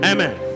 Amen